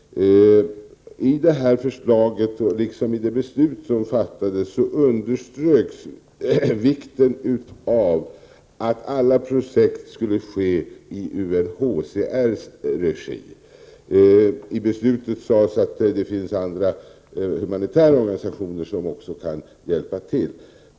I detta förslag, liksom i det beslut som fattades, underströks vikten av att alla projekt skulle ske i UNHCR:s regi. Det sades i beslutet att också andra humanitära organisationer kan hjälpa till.